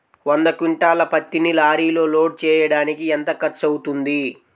వంద క్వింటాళ్ల పత్తిని లారీలో లోడ్ చేయడానికి ఎంత ఖర్చవుతుంది?